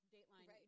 Dateline